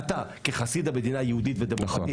אתה כחסיד המדינה היהודית והדמוקרטית